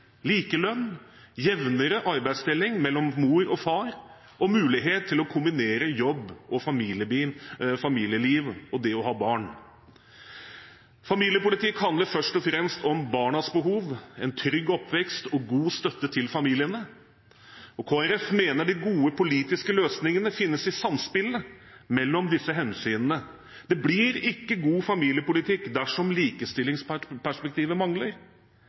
like muligheter, likelønn, jevnere arbeidsdeling mellom mor og far og mulighet til å kombinere jobb med familieliv og det å ha barn. Familiepolitikk handler først og fremst om barnas behov, en trygg oppvekst og god støtte til familiene. Kristelig Folkeparti mener de gode politiske løsningene finnes i samspillet mellom disse hensynene. Det blir ikke god familiepolitikk dersom likestillingsperspektivet mangler,